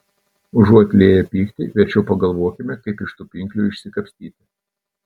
užuot lieję pyktį verčiau pagalvokime kaip iš tų pinklių išsikapstyti